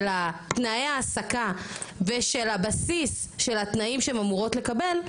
של התנאי ההעסקה ושל הבסיס של התנאים שהן אמורות לקבל,